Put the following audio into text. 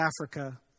Africa